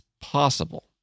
possible